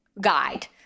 guide